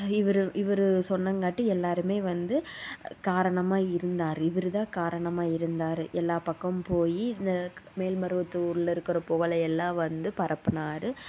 இவர் இவர் சொன்னங்காட்டி எல்லாருமே வந்து காரணமாக இருந்தார் இவர்தான் காரணமாக இருந்தார் எல்லா பக்கம் போய் இந்த மேல்மருவத்தூர்ல இருக்கிற புகழையெல்லாம் வந்து பரப்புனார்